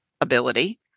ability